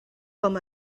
com